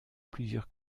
plusieurs